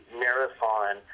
marathon